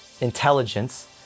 intelligence